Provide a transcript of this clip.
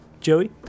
Joey